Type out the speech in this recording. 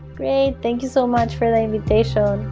great. thank you so much for the invitation.